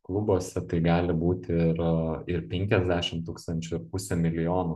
klubuose tai gali būti ir ir penkiasdešim tūkstančių ir pusė milijono